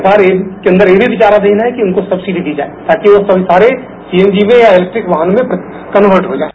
सरकार के अंदर ये भी विचाराधीन है कि उनको सब्सिडी दी जाये ताकि सारे सीएनजी या इलेक्ट्रीक वाहन में कन्मर्ट हो सके